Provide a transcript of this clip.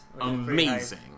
Amazing